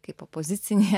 kaip opozicinė